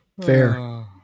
Fair